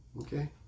Okay